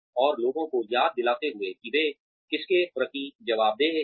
और लोगों को याद दिलाते हुए कि वे किसके प्रति जवाबदेह हैं